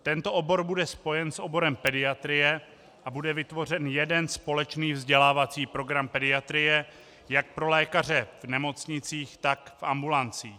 Tento obor bude spojen s oborem pediatrie a bude vytvořen jeden společný vzdělávací program pediatrie jak pro lékaře v nemocnicích, tak v ambulancích.